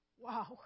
Wow